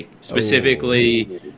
specifically